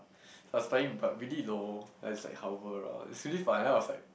I was flying but really low like it's hover around it's really fun then I was like